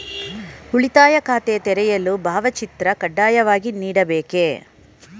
ಉಳಿತಾಯ ಖಾತೆ ತೆರೆಯಲು ಭಾವಚಿತ್ರ ಕಡ್ಡಾಯವಾಗಿ ನೀಡಬೇಕೇ?